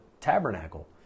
tabernacle